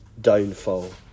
downfall